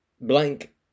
blank